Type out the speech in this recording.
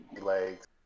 legs